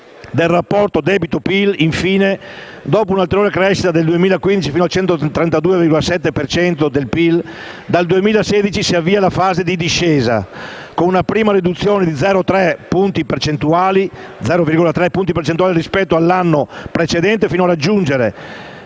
del rapporto debito-PIL, infine, dopo una ulteriore crescita nel 2015 fino al 132,7 per cento del PIL, dal 2016 si avvia la fase di discesa, con una prima riduzione di 0,3 punti percentuali rispetto all'anno precedente, fino a raggiungere